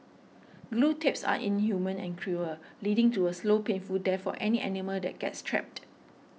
glue traps are inhumane and cruel leading to a slow painful death for any animal that gets trapped